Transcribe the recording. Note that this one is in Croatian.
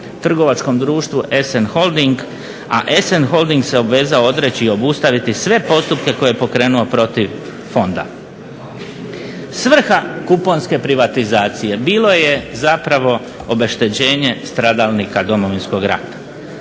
trgovačkom društvu SN holding, a SN holding se obvezao odreći i obustaviti sve postupke koje je pokrenuo protiv fonda. Svrha kuponske privatizacije. Bilo je zapravo obeštećenje stradalnika Domovinskog rata.